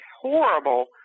horrible